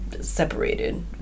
separated